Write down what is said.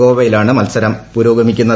ഗോവയിലാണ് മത്സരം പുരോഗമിക്കുന്നത്